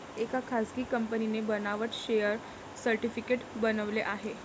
एका खासगी कंपनीने बनावट शेअर सर्टिफिकेट बनवले आहे